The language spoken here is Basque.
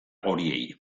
horiei